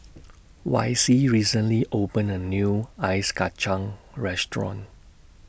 Vicy recently opened A New Ice Kachang Restaurant